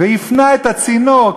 והפנה את הצינור,